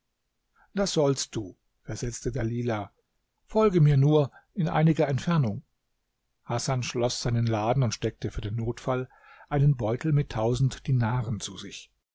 das sollst du versetzte dalilah folge mir nur in einiger entfernung hasan schloß seinen laden und steckte für den notfall einen beutel mit tausend dinaren zu sich